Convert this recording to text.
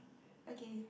okay